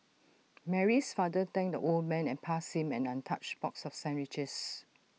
Mary's father thanked the old man and passed him an untouched box of sandwiches